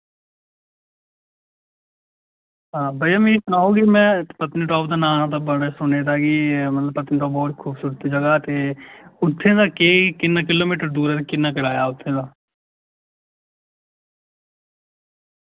भैया मि सनाओ कि मैं पत्नीटाप दा नां ता बड़ा सुने दा कि मतलब पत्नीटाप बहुत खूबसूरत जगह ते उत्थै दा केह् किन्ना किलोमीटर दूर ऐ ते किन्ना कराया ऐ उत्थें दा